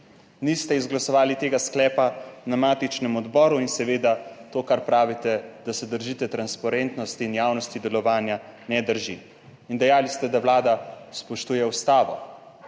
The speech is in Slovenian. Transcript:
Niste izglasovali tega sklepa na matičnem odboru in seveda to kar pravite, da se držite transparentnosti in javnosti delovanja ne drži. Dejali ste, da Vlada spoštuje Ustavo,